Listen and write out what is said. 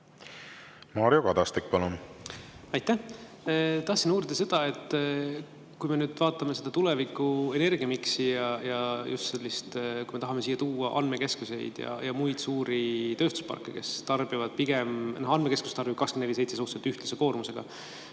Mario Kadastik, palun! Aitäh! Tahtsin uurida seda, et kui me nüüd vaatame seda tuleviku energiamiksi, just sellist, kuhu me tahame tuua andmekeskuseid ja muid suuri tööstusparke, kes tarbivad pigem [ühtlaselt] – andmekeskus tarbib 24/7 suhteliselt ühtlase koormusega